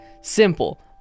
Simple